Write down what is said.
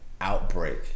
Outbreak